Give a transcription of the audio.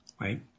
right